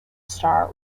star